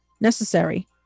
necessary